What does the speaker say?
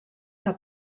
que